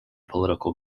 political